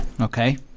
Okay